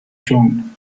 june